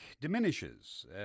diminishes